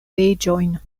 leĝojn